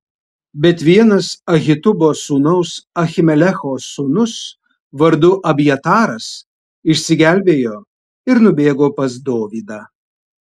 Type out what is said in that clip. bet vienas ahitubo sūnaus ahimelecho sūnus vardu abjataras išsigelbėjo ir nubėgo pas dovydą